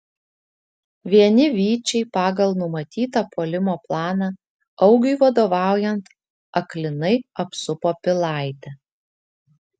vieni vyčiai pagal numatytą puolimo planą augiui vadovaujant aklinai apsupo pilaitę